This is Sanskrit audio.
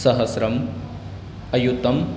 सहस्रम् अयुतम्